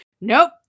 nope